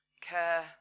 Care